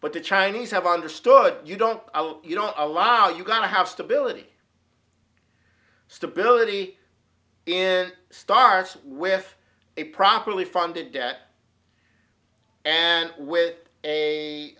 but the chinese have understood you don't you don't allow you've got to have stability stability in starts with a properly funded debt and with a